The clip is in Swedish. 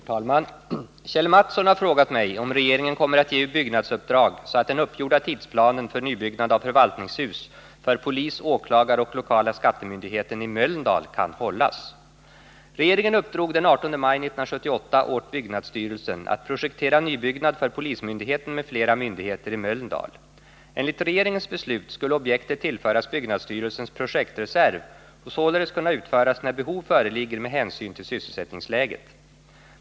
Herr talman! Kjell Mattsson har frågat mig om regeringen kommer att ge byggnadsuppdrag så att den uppgjorda tidsplanen för nybyggnad av förvaltningshus för polis, åklagare och lokala skattemyndigheten i Mölndal kan hållas. Regeringen uppdrog den 18 maj 1978 åt byggnadsstyrelsen att projektera nybyggnad för polismyndigheten m.fl. myndigheter i Mölndal. Enligt regeringens beslut skulle objektet tillföras byggnadsstyrelsens projektreserv och således kunna utföras när behov föreligger med hänsyn till sysselsättningsläget.